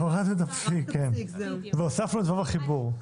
הורדנו את הפסיק, כן, והוספנו את ו"ו החיבור.